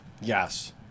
Yes